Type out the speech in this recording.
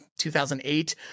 2008